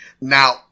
Now